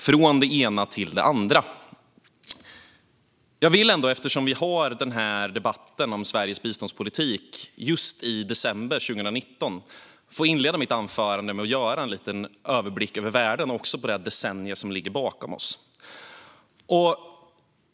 Fru talman! Från det ena till det andra: Eftersom vi har debatten om Sveriges biståndspolitik just i december 2019 vill jag inleda mitt anförande med att göra en liten överblick över världen och det decennium som ligger bakom oss.